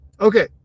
Okay